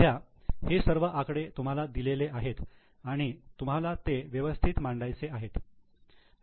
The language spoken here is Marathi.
सध्या हे सर्व आकडे तुम्हाला दिलेले आहेत आणि तुम्हाला ते व्यवस्थित मांडायचे आहेत